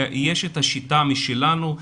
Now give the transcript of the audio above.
יש את השיטה משלנו.